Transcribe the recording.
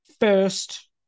first